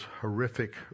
horrific